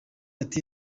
ati